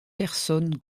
personnes